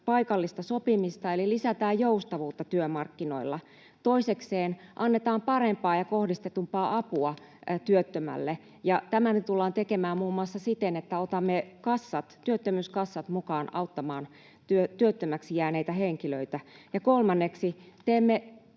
paikallista sopimista eli lisätään joustavuutta työmarkkinoilla. Toisekseen annetaan parempaa ja kohdistetumpaa apua työttömälle. Tämä me tullaan tekemään muun muassa siten, että otamme työttömyyskassat mukaan auttamaan työttömäksi jääneitä henkilöitä. Ja kolmanneksi teemme